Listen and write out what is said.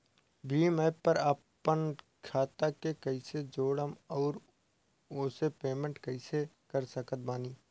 Bhim app पर आपन खाता के कईसे जोड़म आउर ओसे पेमेंट कईसे कर सकत बानी?